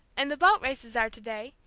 and the boat races are to-day,